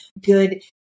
good